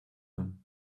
them